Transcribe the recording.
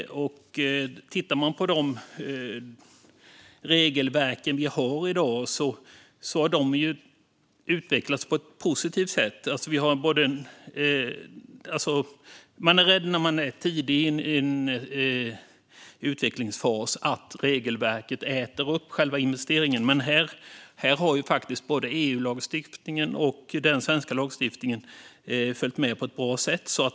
Man kan se att de regelverk vi har i dag har utvecklats på ett positivt sätt. När man är tidigt i en utvecklingsfas är man rädd att regelverket äter upp själva investeringen, men här har faktiskt både EU-lagstiftningen och den svenska lagstiftningen följt med på ett bra sätt.